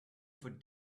for